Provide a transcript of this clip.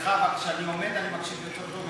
דרך אגב, כשאני עומד אני מקשיב יותר טוב.